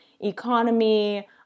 economy